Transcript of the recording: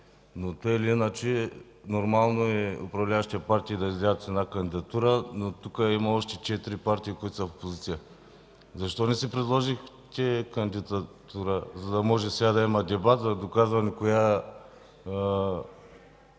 Но така или иначе нормално е управляващите партии да излязат с една кандидатура. Но тук има още четири партии, които са в опозиция. Защо не си предложихте кандидатура, за да може сега да има дебат, за да доказваме коя